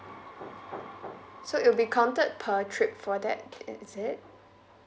so it'll be counted per trip for that eh is it